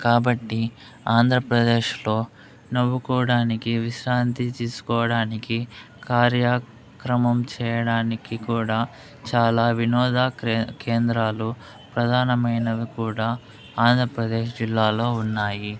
కాబట్టి ఆంధ్రప్రదేశ్లో నవ్వుకోడానికి విశ్రాంతి తీసుకోవడానికి కార్యాక్రమం చేయడానికి కూడా చాలా వినోద క్రే కేంద్రాలు ప్రధానమైనవి కూడా ఆంధ్రప్రదేశ్ జిల్లాలో ఉన్నాయి